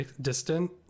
distant